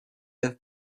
have